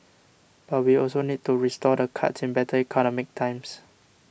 but we also need to restore the cuts in better economic times